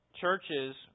churches